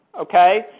okay